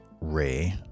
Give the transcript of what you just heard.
Ray